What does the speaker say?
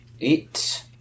Eight